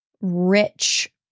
rich